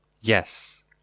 Yes